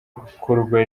gukorwa